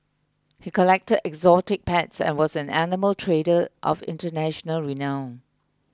he collected exotic pets and was an animal trader of international renown